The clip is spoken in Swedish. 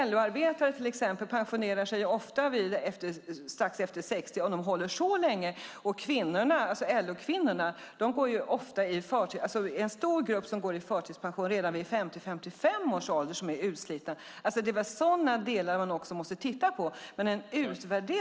LO-arbetare, till exempel, pensionerar sig ofta strax efter 60, om de håller så länge. LO-kvinnorna går ofta i förtid. En stor grupp går i förtidspension redan i 50-55-årsåldern. De är utslitna. Sådana delar måste man också titta på.